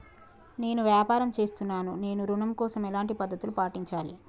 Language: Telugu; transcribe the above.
నేను వ్యాపారం చేస్తున్నాను నేను ఋణం కోసం ఎలాంటి పద్దతులు పాటించాలి?